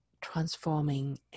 transforming